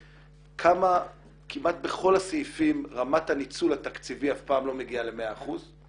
כמה כמעט בכל הסעיפים רמת הניצול התקציבי אף פעם לא מגיעה למאה אחוז.